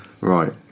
right